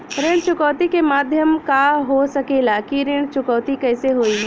ऋण चुकौती के माध्यम का हो सकेला कि ऋण चुकौती कईसे होई?